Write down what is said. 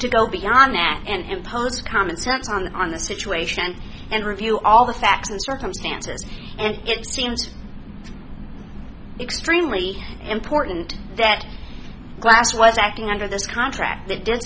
to go beyond and impose common sense on on the situation and review all the facts and circumstances and it seems extremely important that glass was acting under this contract they didn't